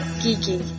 geeky